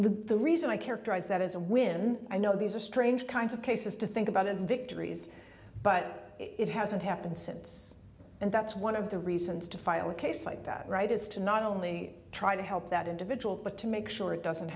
the reason i characterize that as a win i know these are strange kinds of cases to think about as victories but it hasn't happened since and that's one of the reasons to file a case like that right is to not only try to help that individual but to make sure it doesn't